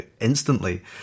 instantly